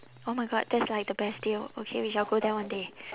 oh my god that's like the best deal okay we shall go there one day